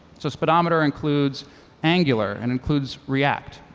so speedometer includes angular, and includes react.